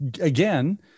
again